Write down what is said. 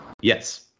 Yes